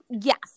Yes